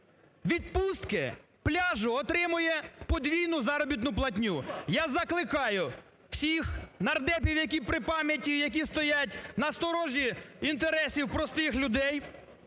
відпустки, пляжу отримує подвійну заробітну платню. Я закликаю всіх нардепів, які при пам'яті, які стоять на сторожі інтересів простих людей,